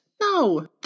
No